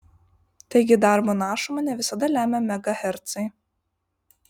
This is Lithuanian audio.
taigi darbo našumą ne visada lemia megahercai